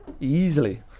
Easily